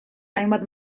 hainbat